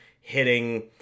hitting